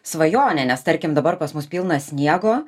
svajonė nes tarkim dabar pas mus pilna sniego